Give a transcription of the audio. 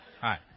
Hi